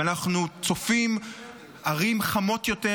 אנחנו צופים ערים חמות יותר,